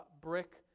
brick